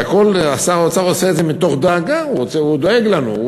והכול שר האוצר עושה מתוך דאגה, הוא דואג לנו.